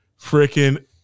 freaking